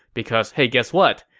because, hey guess what?